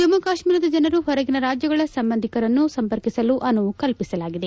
ಜಮ್ಗು ಕಾಶ್ನೀರದ ಜನರು ಹೊರಗಿನ ರಾಜ್ಗಳ ಸಂಬಂಧಿಕರನ್ನು ಸಂಪರ್ಕಿಸಲು ಅನುವು ಕಲ್ಪಿಸಲಾಗಿದೆ